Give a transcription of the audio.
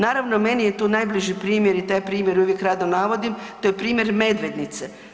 Naravno, meni je tu najbliži primjer i taj primjer uvijek rado navodim, to je primjer Medvednice.